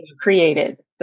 created